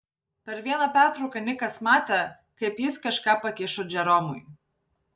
per vieną pertrauką nikas matė kaip jis kažką pakišo džeromui